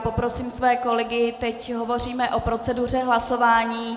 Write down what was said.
Poprosím své kolegy teď hovoříme o proceduře hlasování...